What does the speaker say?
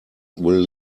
will